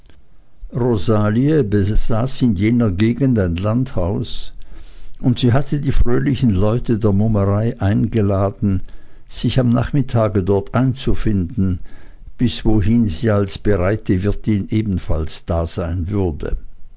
rosalie besaß in jener gegend ein landhaus und sie hatte die fröhlichen leute der mummerei eingeladen sich am nachmittage dort einzufinden bis wohin sie als bereite wirtin ebenfalls dasein würde